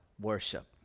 worship